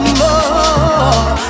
more